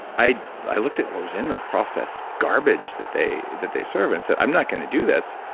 i i looked at what was in the processed garbage that they that they serve and say, i'm not going to do this.